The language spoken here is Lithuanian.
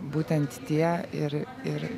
būtent tie ir ir